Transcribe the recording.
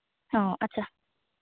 ᱦᱚᱸ ᱟᱪᱪᱷᱟ